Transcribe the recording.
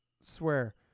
swear